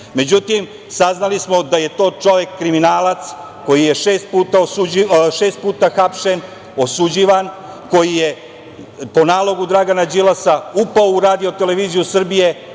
Međutim, saznali smo da je to čovek kriminalac koji je šest puta hapšen, osuđivan, koji je po nalogu Dragana Đilasa upao u RTS ne da bi